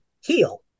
heal